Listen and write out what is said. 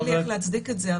אין לי דרך להצדיק את זה,